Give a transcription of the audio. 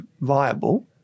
viable